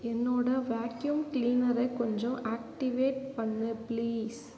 என்னோட வேக்யூம் கிளீனரை கொஞ்சம் ஆக்டிவேட் பண்ணு பிளீஸ்